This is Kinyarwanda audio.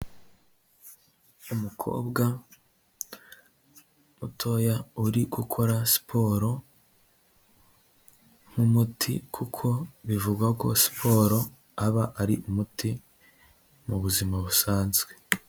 Umukobwa mutoya uri gukora siporo nk'umuti, kuko bivugwa ko siporo aba ari umuti mu buzima busanzwe.